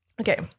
Okay